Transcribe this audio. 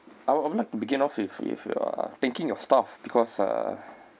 I'll I'll like begin off with with your thanking of staff because uh